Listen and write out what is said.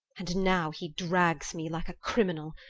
and now he drags me like a criminal,